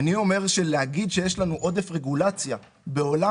אני אומר שלהגיד שיש לנו עודף רגולציה בעולם